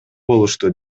болушту